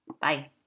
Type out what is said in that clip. Bye